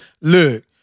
look